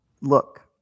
Look